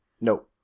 no